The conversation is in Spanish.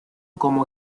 como